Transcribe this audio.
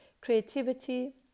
creativity